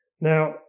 Now